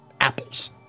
apples